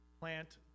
plant